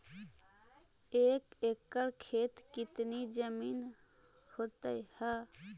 एक एकड़ खेत कितनी जमीन होते हैं?